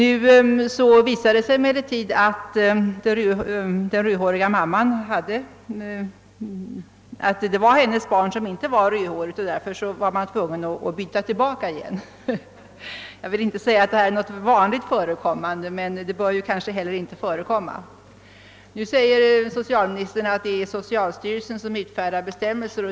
Det visade sig emellertid att den rödhåriga mamman verkligen hade ett barn som inte var rödhårigt, och därför var man tvungen att byta tillbaka igen. Jag vill inte säga att detta är någonting vanligen förekommande. Enligt socialministern är det socialstyrelsen som utfärdar bestämmelser.